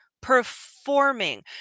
performing